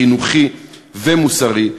חינוכי ומוסרי.